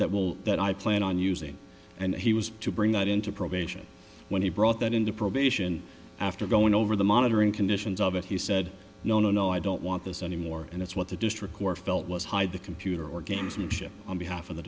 that will that i plan on using and he was to bring that into probation when he brought that into probation after going over the monitoring conditions of it he said no no no i don't want this anymore and it's what the district court felt was hide the computer or gamesmanship on behalf of the